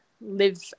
live